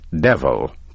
devil